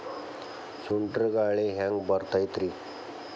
ಸುಂಟರ್ ಗಾಳಿ ಹ್ಯಾಂಗ್ ಬರ್ತೈತ್ರಿ?